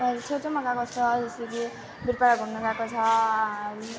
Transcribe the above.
छेउछेउमा गएको छ जस्तो कि बिरपाडा घुम्नु गएको छ